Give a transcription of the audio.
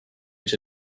each